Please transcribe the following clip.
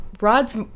Rod's